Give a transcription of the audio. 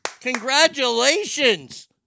congratulations